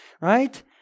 right